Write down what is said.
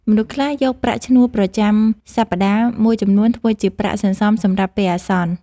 មនុស្សខ្លះយកប្រាក់ឈ្នួលប្រចាំសប្តាហ៍មួយចំនួន ធ្វើជាប្រាក់សន្សំសម្រាប់ពេលអាសន្ន។